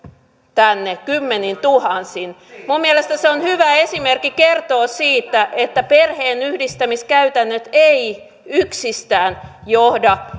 tänne kymmenintuhansin minun mielestäni se on hyvä esimerkki ja kertoo siitä että perheenyhdistämiskäytännöt eivät yksistään johda